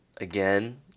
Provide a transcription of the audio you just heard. again